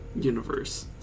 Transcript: universe